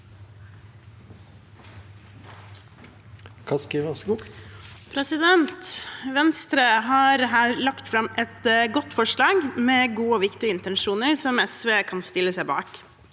Venstre har her lagt fram et godt forslag med gode og viktige intensjoner som SV kan stille seg bak.